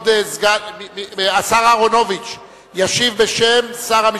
כבוד השר אהרונוביץ ישיב בשם שר המשפטים.